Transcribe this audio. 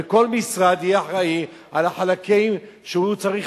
וכל משרד יהיה אחראי לחלקים שהוא צריך